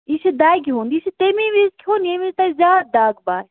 یہِ چھُ دَگِہ ہُنٛد یہِ چھُ تٔمِی وِزِ کھیٚون ییٚمہِ وِزِ تۅہہِ زیادٕ دَگ باسہِ